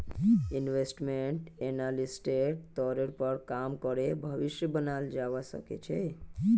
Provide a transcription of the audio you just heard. investment एनालिस्टेर तौरेर पर काम करे भविष्य बनाल जावा सके छे